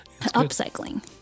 Upcycling